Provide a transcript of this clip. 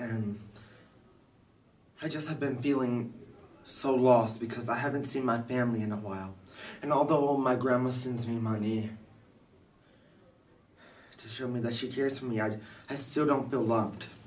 and i just have been feeling so lost because i haven't seen my family in a while and although my grandma since me money to show me that she cares for me i i still don't build loved